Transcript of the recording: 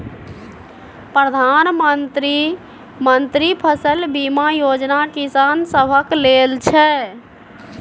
प्रधानमंत्री मन्त्री फसल बीमा योजना किसान सभक लेल छै